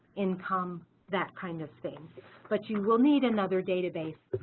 income that kind of thing but you will need another database.